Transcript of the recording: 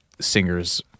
singers